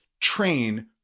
train